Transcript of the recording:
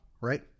right